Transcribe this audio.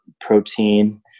protein